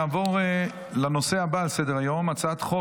נעבור לנושא הבא על סדר-היום: הצעת חוק